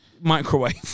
microwave